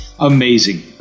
amazing